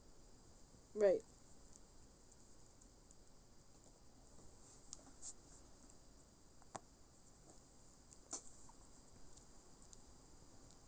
right